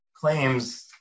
claims